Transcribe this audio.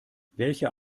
welcher